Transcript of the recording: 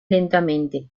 lentamente